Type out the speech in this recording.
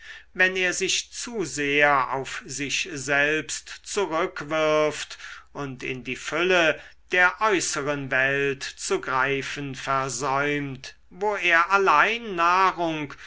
wenn er sich zu sehr auf sich selbst zurückwirft und in die fülle der äußeren welt zu greifen versäumt wo er allein nahrung